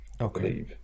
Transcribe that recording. Okay